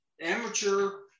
amateur